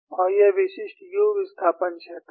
और यह विशिष्ट u विस्थापन क्षेत्र है